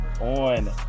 on